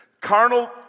carnal